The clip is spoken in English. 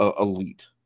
elite